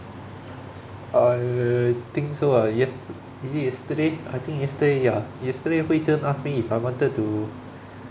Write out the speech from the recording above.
I think so ah yest~ is it yesterday I think yesterday ya yesterday hui zhen asked me if I wanted to